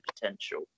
potential